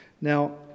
Now